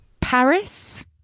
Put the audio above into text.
Paris